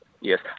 yes